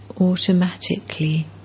automatically